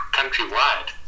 countrywide